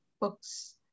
books